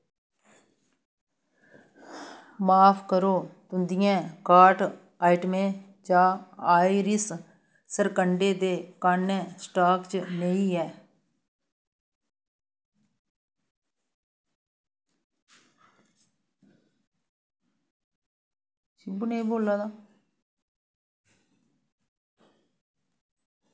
माफ करो तुं'दियें कार्ट आइटमें चा आयरिस सरकंढे दे कान्ने स्टाक च नेईं ऐ